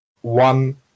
one